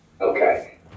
Okay